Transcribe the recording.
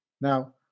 Now